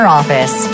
office